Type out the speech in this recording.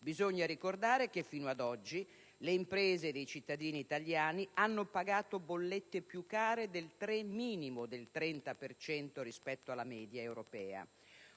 Bisogna ricordare che fino ad oggi le imprese e i cittadini italiani hanno pagato bollette più care, come minimo del 30 per cento rispetto alla media europea: